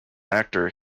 actor